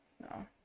No